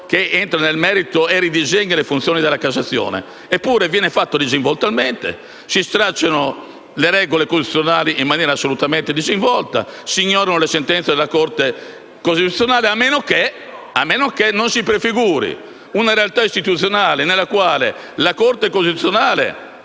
che entra nel merito e ridisegna le funzioni della Corte di cassazione. Eppure ciò viene fatto con disinvoltura, si stracciano le regole costituzionali in maniera assolutamente disinvolta e si ignorano le sentenze della Corte costituzionale. A meno che non si prefiguri una realtà istituzionale in cui la Corte costituzionale